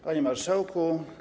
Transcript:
Panie Marszałku!